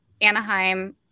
Anaheim